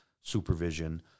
supervision